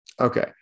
Okay